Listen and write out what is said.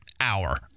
hour